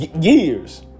Years